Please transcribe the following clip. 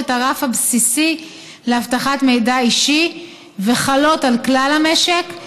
את הרף הבסיסי לאבטחת מידע אישי וחלות על כלל המשק.